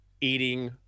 eating